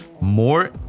more